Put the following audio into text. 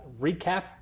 recap